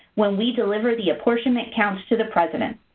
when we deliver the apportionment counts to the president.